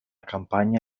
campagna